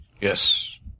Yes